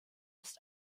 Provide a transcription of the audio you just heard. ist